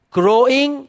growing